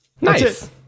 Nice